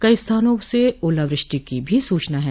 कई स्थानों से ओलावृष्टि की भी सूचना है